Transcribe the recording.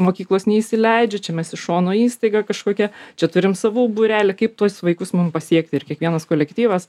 mokyklos neįsileidžia čia mes iš šono įstaiga kažkokia čia turim savų būrelį kaip tuos vaikus mum pasiekti ir kiekvienas kolektyvas